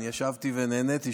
אני ישבתי ונהניתי,